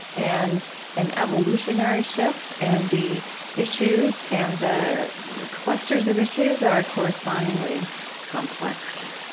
and an evolutionary shift, and the issues and the clusters of issues are correspondingly complex.